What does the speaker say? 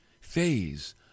phase